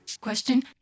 question